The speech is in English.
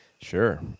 Sure